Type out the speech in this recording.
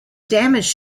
damage